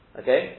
okay